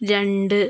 രണ്ട്